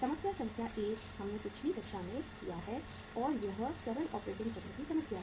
समस्या संख्या 1 हमने पिछली कक्षा में किया है और यह सरल ऑपरेटिंग चक्र की समस्या है